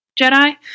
Jedi